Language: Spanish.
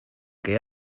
que